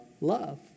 love